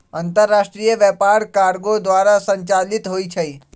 अंतरराष्ट्रीय व्यापार कार्गो द्वारा संचालित होइ छइ